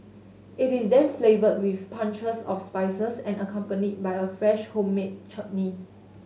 it is then flavoured with punches of spices and accompanied by a fresh homemade chutney